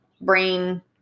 brain